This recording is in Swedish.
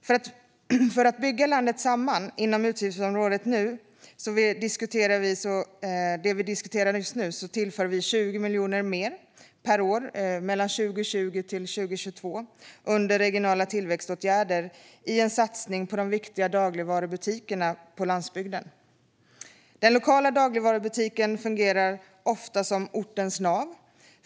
För att bygga landet samman inom det utgiftsområde vi nu diskuterar tillför vi 20 miljoner mer per år 2020-2022 under regionala tillväxtåtgärder i en satsning på de viktiga dagligvarubutikerna på landsbygden. Den lokala dagligvarubutiken fungerar ofta som ortens nav.